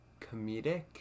comedic